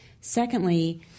Secondly